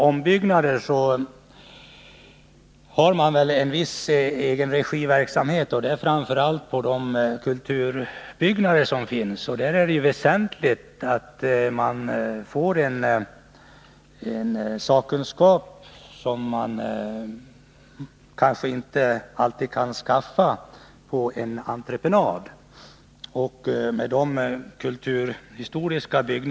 Ombyggnader bedrivs till viss deli egen regi, framför allt när det gäller kulturbyggnader, där det ju fordras en sakkunskap som man kanske inte alltid kan skaffa på entreprenad.